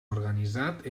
organitzat